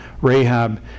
Rahab